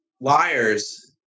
liars